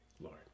Lord